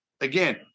again